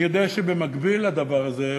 אני יודע שבמקביל לדבר הזה,